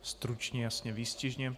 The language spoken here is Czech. Stručně, jasně, výstižně.